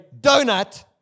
donut